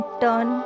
turn